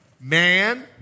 man